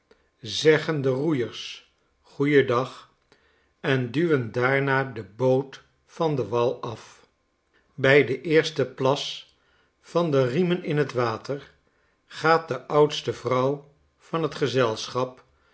zeggen den roeiers goeiendag en duwen daarna de boot van den walaf bij den eersten plas van de riemen in t water gaat de oudste vrouw van t gezelschap